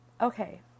Okay